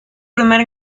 primer